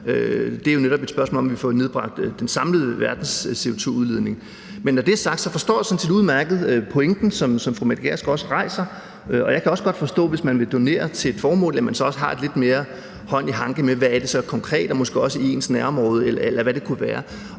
Det er jo netop et spørgsmål om, at vi får nedbragt den samlede verdens CO2-udledning. Men når det er sagt, forstår jeg sådan set udmærkede pointen, som fru Mette Gjerskov fremfører, og jeg kan også godt forstå, at man, hvis man donerer til et formål, så også gerne vil have lidt mere hånd i hanke med, hvad det så konkret er, og måske gerne